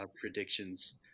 predictions